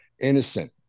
innocent